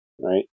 right